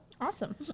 awesome